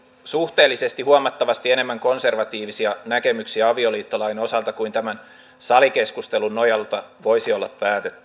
suhteellisesti huomattavasti enemmän konservatiivisia näkemyksiä avioliittolain osalta kuin tämän salikeskustelun nojalta voisi olla